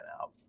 out